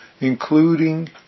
including